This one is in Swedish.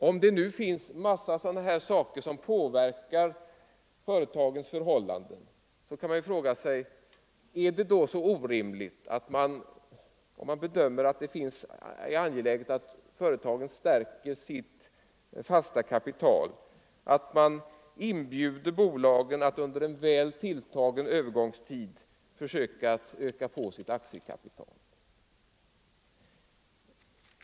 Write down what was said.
Om det nu finns en mängd sådana här faktorer som påverkar företagens förhållanden kan man fråga sig: Är det då så orimligt att, om man bedömer att det är angeläget att företagen stärker sitt fasta kapital, inbjuda bolagen att under en väl tilltagen övergångstid försöka öka sitt aktiekapital?